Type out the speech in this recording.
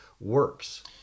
works